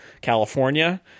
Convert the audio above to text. california